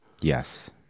Yes